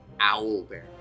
owlbear